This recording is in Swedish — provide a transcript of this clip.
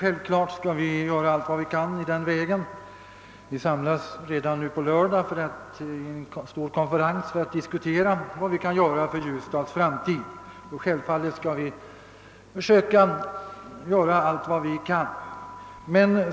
Redan nu på lördag skall vi samlas till en stor konferens för att diskutera vad som kan göras för Ljusdals framtid, och självfallet skall vi försöka göra allt vad vi kan.